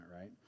right